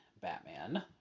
Batman